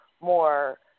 more